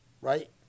right